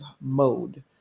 mode